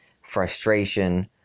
frustration